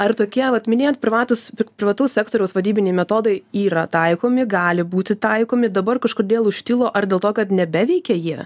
ar tokie vat minėjot privatūs pri privataus sektoriaus vadybiniai metodai yra taikomi gali būti taikomi dabar kažkodėl užtilo ar dėl to kad nebeveikia jie